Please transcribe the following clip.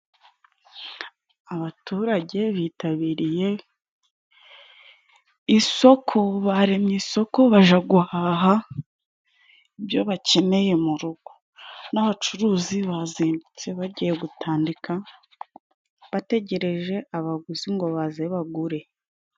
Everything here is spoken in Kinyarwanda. Abaturage bitabiriye isoko. Baremye isoko bajya guhaha ibyo bakeneye mu rugo. N'abacuruzi bazindutse bagiye gutandika, bategereje abaguzi ngo baze bagure.